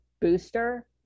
booster